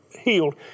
healed